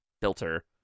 filter